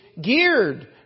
geared